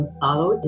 follow